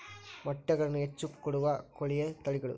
ಮೊಟ್ಟೆಗಳನ್ನ ಹೆಚ್ಚ ಕೊಡುವ ಕೋಳಿಯ ತಳಿಗಳು